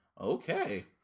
Okay